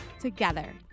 together